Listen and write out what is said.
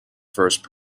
first